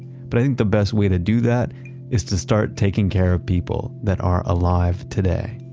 but and the best way to do that is to start taking care of people that are alive today.